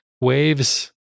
waves